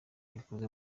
bikoze